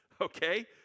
Okay